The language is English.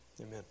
amen